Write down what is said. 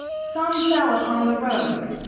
some fell upon the road,